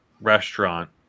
restaurant